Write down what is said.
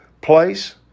place